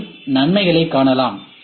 எம்மில் நன்மைகளை காணலாம்